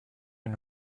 une